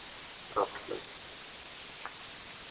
okay మంచిది